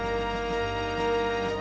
and